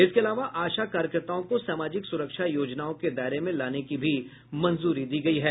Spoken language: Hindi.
इसके अलावा आशा कार्यकर्ताओं को सामाजिक सुरक्षा योजनाओं के दायरे में लाने की भी मंजूरी दी गयी है